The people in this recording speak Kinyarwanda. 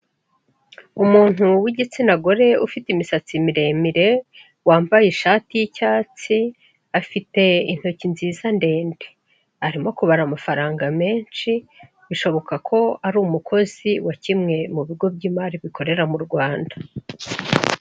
Umuntu w'igitsina gore ufite imisatsi miremire wambaye ishati y'icyatsi, afite intoki nziza ndende arimo kubara amafaranga menshi, bishoboka ko ari umukozi wa kimwe mu bigo by'imari bikorera mu Rwanda.